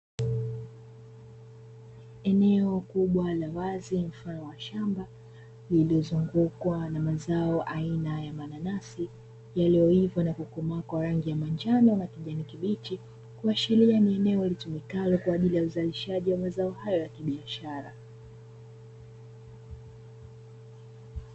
Eneo kubwa la wazi mfano wa shamba lililozungukwa na mazao aina ya mananasi, yaliyoiva na kukomaa kwa rangi ya manjano na kijani kibichi, kuashiria ni eneo litumikalo kwa ajili ya uzalishaji wa mazao hayo ya kibiashara.